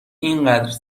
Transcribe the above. اینقدر